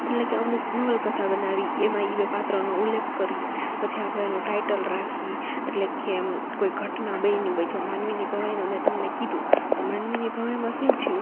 એટલે કે અમુક નવલકથા બનાવી એમાં ઈ બે પાત્રનો ઉલ્લેખ કરી પછી આપડે એનો ટાઈટલ રાખી એટલે કે આમ કોઈ ઘટના બયની હોય જો માનવીની ભવાઈનો મે તમને કીધું તો માનવીની ભવાઈમાં સું થ્યું